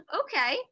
okay